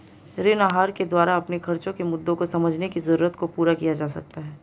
ऋण आहार के द्वारा अपने खर्चो के मुद्दों को समझने की जरूरत को पूरा किया जा सकता है